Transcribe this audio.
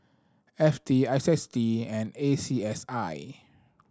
F T I S D and A C S I